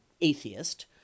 Atheist